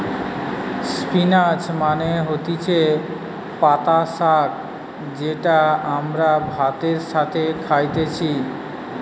spinach মানে হতিছে পাতা শাক যেটা আমরা ভাতের সাথে খাইতেছি